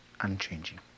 unchanging